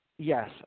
Yes